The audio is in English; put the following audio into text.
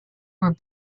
were